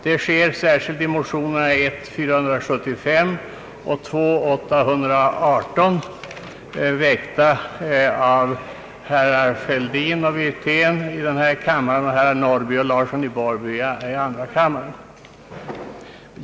Det sker särskilt i motionerna 1:475 och II: 818, väckta av herrar Fälldin och Wirtén i denna kammare och av herrar Norrby och Larsson i Borrby i andra kammaren.